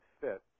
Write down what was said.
fit